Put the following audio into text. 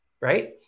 right